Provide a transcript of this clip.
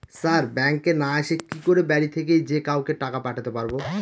Sir ব্যাঙ্কে না এসে কি করে বাড়ি থেকেই যে কাউকে টাকা পাঠাতে পারবো?